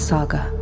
Saga